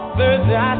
Thursday